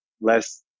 less